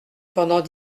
pendant